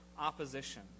opposition